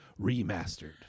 Remastered